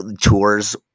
tours